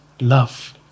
love